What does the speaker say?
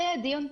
הדיון?